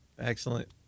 excellent